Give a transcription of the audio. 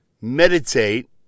meditate